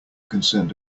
concerned